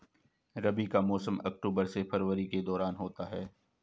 रबी का मौसम अक्टूबर से फरवरी के दौरान होता है